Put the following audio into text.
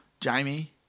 Jamie